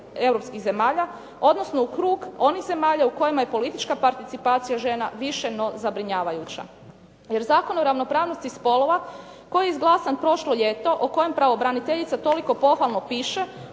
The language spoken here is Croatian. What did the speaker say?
odnosno u krug onih zemalja u kojima je politička participacija žena više no zabrinjavajuća. Jer Zakon o ravnopravnosti spolova koji je izglasan prošlo ljeto o kojem pravobraniteljica toliko pohvalno piše